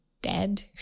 dead